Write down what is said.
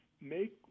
make